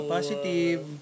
Positive